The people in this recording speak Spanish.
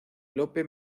lope